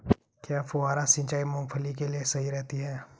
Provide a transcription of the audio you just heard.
क्या फुहारा सिंचाई मूंगफली के लिए सही रहती है?